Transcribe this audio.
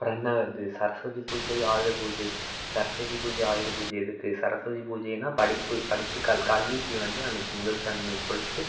அப்புறம் என்ன வருது சரஸ்வதி பூஜை ஆயுத பூஜை சரஸ்வதி பூஜை ஆயுத பூஜை எதுக்கு சரஸ்வதி பூஜைன்னா படிப்பு படிப்பு கல் கல்விக்கு வந்து அன்னைக்கு முதல் தன்மை கொடுத்து